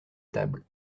table